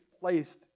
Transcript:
placed